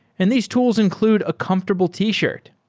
and these tools include a comfortable t-shirt.